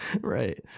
Right